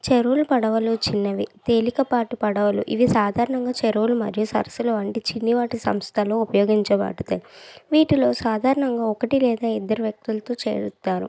చెరువులు పడవలు చిన్నవి తేలికపాటి పడవలు ఇవి సాధారణంగా చెరువులు మరియు సరస్సులు వంటి చిన్నపాటి సంస్థలు ఉపయోగించబడతయి వీటిలో సాధారణంగా ఒకటి లేదా ఇద్దరు వ్యక్తులతో చేరుతారు